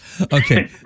Okay